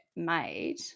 made